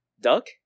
Duck